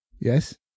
Yes